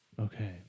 Okay